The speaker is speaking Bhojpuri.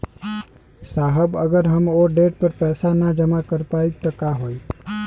साहब अगर हम ओ देट पर पैसाना जमा कर पाइब त का होइ?